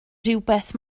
rhywbeth